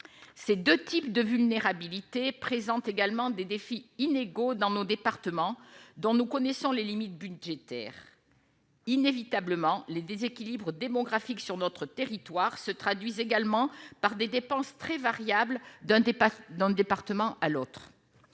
ces 2 types de vulnérabilité présente également des défis inégaux dans mon département, dont nous connaissons les limites budgétaires. Inévitablement, les déséquilibres démographiques sur notre territoire se traduisent également par des dépenses très variable d'un dans le département à l'autre